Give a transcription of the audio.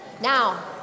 Now